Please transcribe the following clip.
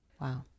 Wow